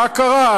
מה קרה?